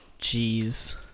Jeez